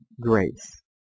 grace